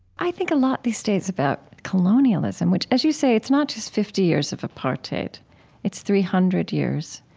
i think a lot these days about colonialism, which, as you say, it's not just fifty years of apartheid it's three hundred years